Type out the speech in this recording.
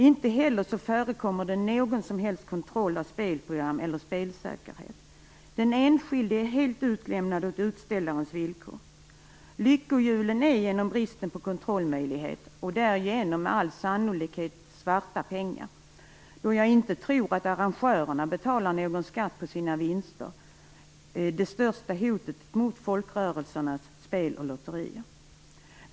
Inte heller förekommer det någon kontroll av spelprogram eller spelsäkerhet. Den enskilde är helt utlämnad åt utställarens villkor. Lyckohjulen är genom bristen på kontrollmöjlighet och därigenom med all sannolikhet svarta pengar - jag tror inte att arrangörerna betalar någon skatt på sina vinster - det största hotet mot folkrörelsernas spel och lotteri.